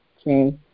okay